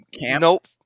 nope